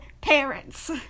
parents